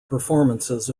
performances